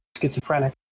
schizophrenic